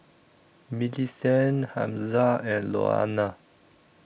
Millicent Hamza and Louanna